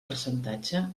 percentatge